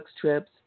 trips